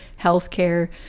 healthcare